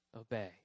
obey